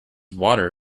water